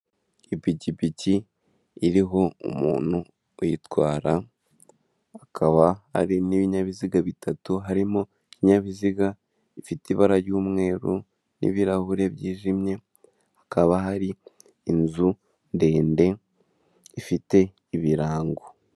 Ipikipiki iriho umuntu uyitwara hakaba ari n'ibinyabiziga bitatu harimo: ibinyabiziga bifite ibara ry'umweru n'ibirahure byijimye, hakaba hari inzu ndende ifite ibirango.